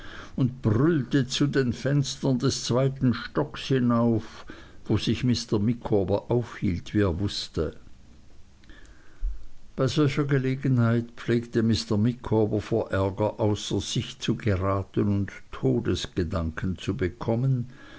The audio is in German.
und brüllte zu den fenstern des zweiten stocks hinauf wo sich mr micawber aufhielt wie er wußte bei solcher gelegenheit pflegte mr micawber vor ärger außer sich zu geraten und todesgedanken zu bekommen